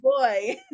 boy